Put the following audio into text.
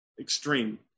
extreme